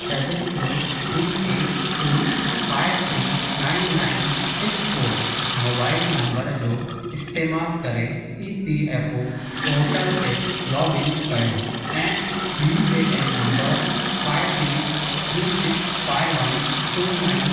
seven four three eight two five three nine nine six four mobile number जो इस्तेमालु करे E P F O portal ते log in करियो ऐं U A N number five three three six five one two nine